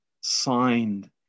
signed